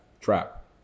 trap